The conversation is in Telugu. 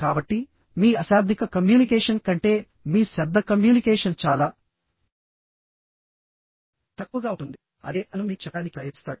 కాబట్టి మీ అశాబ్దిక కమ్యూనికేషన్ కంటే మీ శబ్ద కమ్యూనికేషన్ చాలా తక్కువగా ఉంటుంది అదే అతను మీకు చెప్పడానికి ప్రయత్నిస్తాడు